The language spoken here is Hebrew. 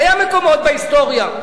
היו מקומות בהיסטוריה.